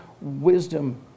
wisdom